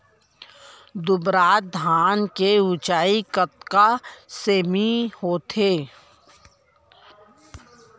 दुबराज धान के ऊँचाई कतका सेमी होथे?